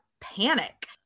panic